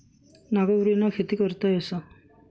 नांगरबिना खेती करता येस